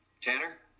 tanner